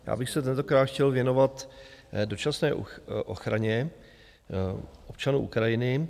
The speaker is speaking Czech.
Já bych se tentokrát chtěl věnovat dočasné ochraně občanů Ukrajiny.